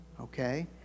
Okay